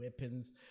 weapons